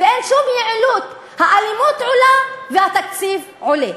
ואין שום יעילות, האלימות עולה, והתקציב עולה.